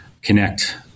connect